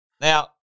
Now